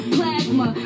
Plasma